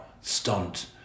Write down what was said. stunt